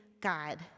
God